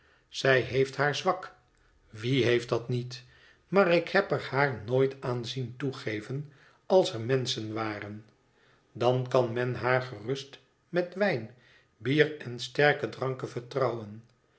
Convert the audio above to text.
zij heeft haar zwak wie heeft dat niet maar ik heb er haar nooit aan zien toegeven als er menschen waren dan kan men haar gerust met wijn bier en sterke dranken vertrouwen